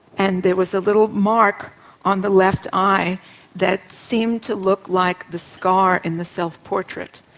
and there was a little mark on the left eye that seemed to look like the scar in the self-portrait.